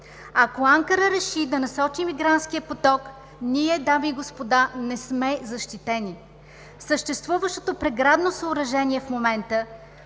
Ако Анкара реши да насочи мигрантския поток, ние, дами и господа, не сме защитени! Съществуващото преградно съоръжение в момента,